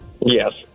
Yes